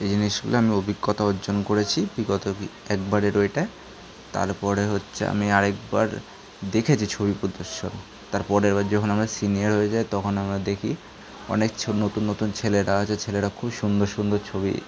এই জিনিসগুলো আমি অভিজ্ঞতা অর্জন করেছি অভিজ্ঞতা দি একবার এলো এটা তারপরে হচ্ছে আমি আরেকবার দেখেছি ছবি প্রদর্শন তার পরের বার যখন আমরা সিনিয়র হয়ে যাই তখন আমরা দেখি অনেক ছো নতুন নতুন ছেলেরা আছে ছেলেরা খুব সুন্দর সুন্দর ছবি